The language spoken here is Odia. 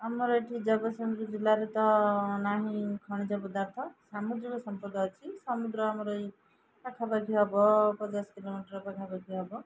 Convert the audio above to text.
ଆମର ଏଠି ଜଗତସିଂହର ଜିଲ୍ଲାରେ ତ ନାହିଁ ଖଣିଜ ପଦାର୍ଥ ସାମୁଦ୍ରିକ ସମ୍ପଦ ଅଛି ସମୁଦ୍ର ଆମର ଏଇ ପାଖାପାଖି ହବ ପଚାଶ କିଲୋମିଟର ପାଖାପାଖି ହବ